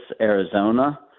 Arizona